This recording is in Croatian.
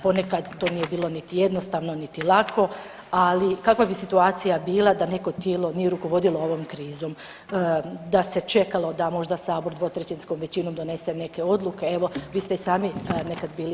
Ponekad to nije bilo niti jednostavno niti lako, ali kakva bi situacija bila da neko tijelo nije rukovodilo ovom krizom, da se čekalo da možda Sabor dvotrećinskom većinom donesene neke odluke, evo, vi ste i sami nekad bili